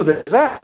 सुन्नुहुँदैछ